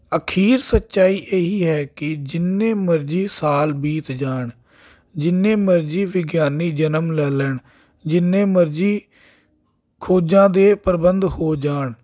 ਅਖੀਰ ਸੱਚਾਈ ਇਹ ਹੀ ਹੈ ਕਿ ਜਿੰਨੇ ਮਰਜ਼ੀ ਸਾਲ ਬੀਤ ਜਾਣ ਜਿੰਨੇ ਮਰਜ਼ੀ ਵਿਗਿਆਨੀ ਜਨਮ ਲੈ ਲੈਣ ਜਿੰਨੇ ਮਰਜ਼ੀ ਖੋਜਾਂ ਦੇ ਪ੍ਰਬੰਧ ਹੋ ਜਾਣ